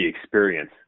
experience